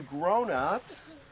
grown-ups